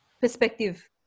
perspective